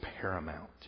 paramount